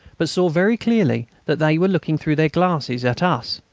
but saw very clearly that they were looking through their glasses at us.